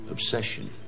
Obsession